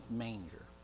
manger